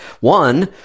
One